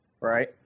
right